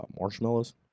marshmallows